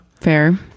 Fair